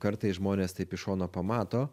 kartais žmonės taip iš šono pamato